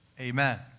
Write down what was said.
Amen